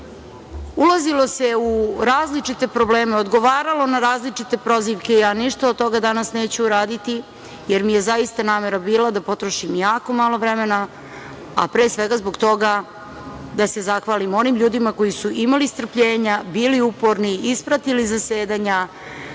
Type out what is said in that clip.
Ulazilo se u različite probleme, odgovaralo na različite prozivke. Ništa od toga ja danas neću uraditi, jer mi je zaista namera bila da potrošim jako malo vremena, a pre svega zbog toga da se zahvalim onim ljudima koji su imali strpljenja, bili uporni, ispratili zasedanja,